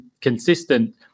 consistent